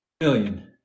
million